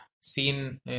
seen